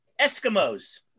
Eskimos